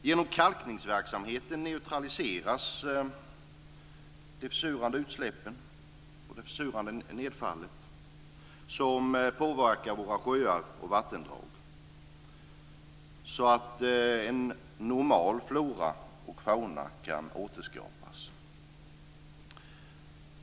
Genom kalkning neutraliseras de försurande utsläppen och det försurande nedfallet som påverkar våra sjöar och vattendrag, så att en normal flora och fauna kan återskapas.